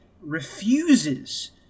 refuses